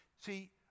See